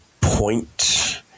point